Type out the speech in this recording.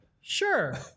Sure